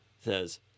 says